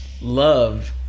love